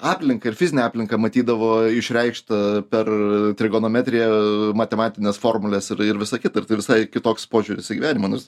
aplinką ir fizinę aplinką matydavo išreikštą per trigonometriją matematines formules ir ir visa kita ir tai visai kitoks požiūris į gyvenimą nors